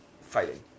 Fighting